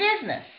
business